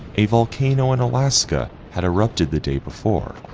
a volcano in alaska had erupted the day before.